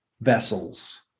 vessels